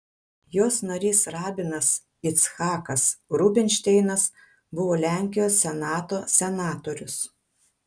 jos narys rabinas icchakas rubinšteinas buvo lenkijos senato senatorius